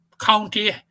county